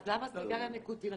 אז למה סיגריה ניקוטין אתה מחריג?